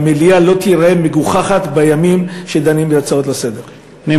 והמליאה לא תיראה מגוחכת כשדנים בהצעות לסדר-היום.